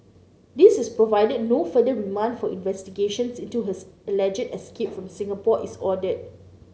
this is provided no further remand for investigations into his alleged escape from Singapore is ordered